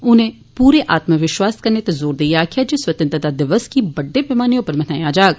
उनें पूरे आत्म विश्वास कन्नै ते जोर देइये आक्खेआ जे स्वतंत्रता दिवस गी बड्डै पैमाने उप्पर मनाया जाग